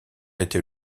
était